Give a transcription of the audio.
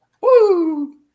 Woo